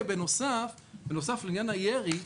בנוסף לעניין הירי,